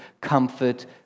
comfort